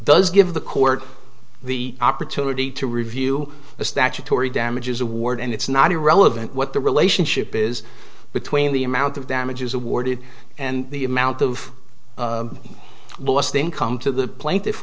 does give the court the opportunity to review the statutory damages award and it's not irrelevant what the relationship is between the amount of damages awarded and the amount of bullets the income to the plaintiff